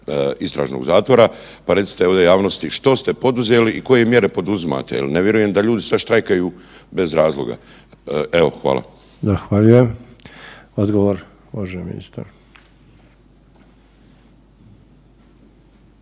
istražnog zatvora, pa recite ovdje javnosti što ste poduzeli i koje mjere poduzimate jer ne vjerujem da ljudi sad štrajkaju bez razloga. Evo, hvala. **Sanader, Ante (HDZ)** Odgovor, može ministar.